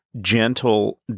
gentle